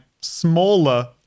smaller